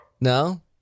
No